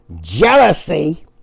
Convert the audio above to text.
jealousy